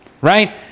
right